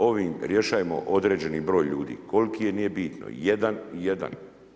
Ovim rješajemo određeni broj ljudi, koliki je nije bitno, jedan, jedan.